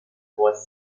was